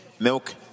Milk